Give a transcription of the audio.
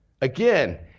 again